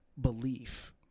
belief